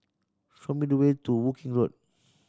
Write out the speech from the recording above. show me the way to Woking Road